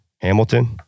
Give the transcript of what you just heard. Hamilton